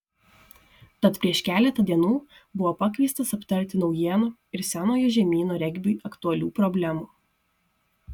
tad prieš keletą dienų buvo pakviestas aptarti naujienų ir senojo žemyno regbiui aktualių problemų